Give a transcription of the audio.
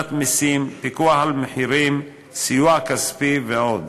הורדת מסים, פיקוח על מחירים, סיוע כספי ועוד.